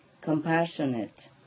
compassionate